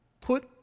Put